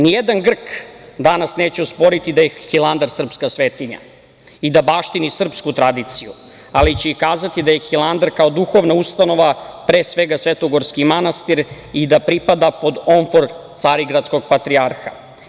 Nijedan Grk danas neće osporiti da je Hilandar srpska svetinja i da baštini srpsku tradiciju, ali će i kazati da je Hilandar kao duhovna ustanova, pre svega svetogorski manastir i da pripada pod omofor carigradskog patrijarha.